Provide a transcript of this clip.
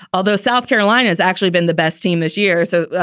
although south carolina's actually been the best team this year. so,